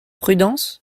prudence